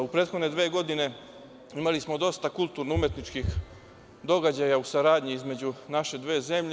U prethodne dve godine imali smo dosta kulturno-umetničkih događaja u saradnji između naše dve zemlje.